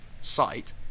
site